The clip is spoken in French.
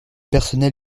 personnel